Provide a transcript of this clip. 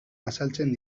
azaltzen